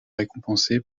récompensé